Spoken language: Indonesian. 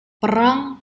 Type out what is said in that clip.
perang